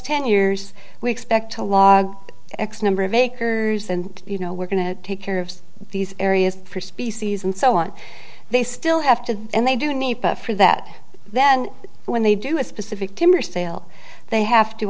ten years we expect to log x number of acres and you know we're going to take care of these areas for species and so on they still have to and they do need for that then when they do a specific timber sale they have to